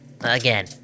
Again